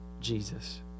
Jesus